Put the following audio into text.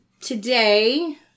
today